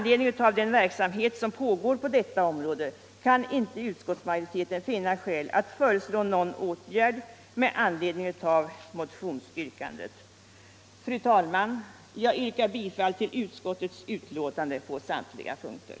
Med tanke på den verksamhet som pågår på detta område kan inte utskottsmajoriteten finna skäl att föreslå någon åtgärd med anledning av motionsyrkandet. Fru talman! Jag yrkar bifall till utskottets hemställan på samtliga punkter.